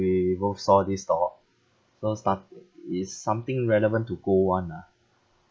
we both saw this stock so sta~ i~ is something relevant to gold [one] ah